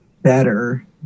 better